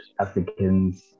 Africans